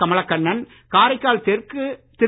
கமலக்கண்ணன் காரைக்கால் தெற்கு திரு